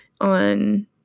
on